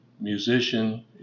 musician